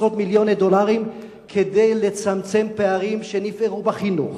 עשרות מיליוני דולרים כדי לצמצם פערים שנפערו בחינוך,